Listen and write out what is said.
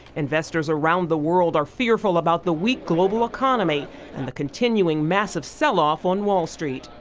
investors around the world are fearful about the weak global economy and the continuing massive sell off on wall street.